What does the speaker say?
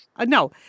no